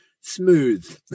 smooth